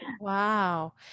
Wow